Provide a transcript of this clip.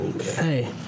Hey